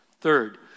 Third